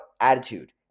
attitude